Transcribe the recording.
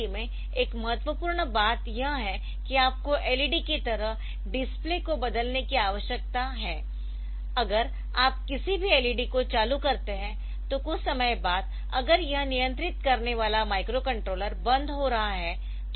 तो LCD में एक महत्वपूर्ण बात यह है कि आपको LED की तरह डिस्प्ले को बदलने की आवश्यकता है अगर आप किसी भी LED को चालू करते है तो कुछ समय बाद अगर यह नियंत्रित करने वाला माइक्रोकंट्रोलर बंद हो रहा है